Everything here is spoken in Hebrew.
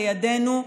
לידנו,